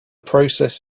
process